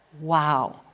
Wow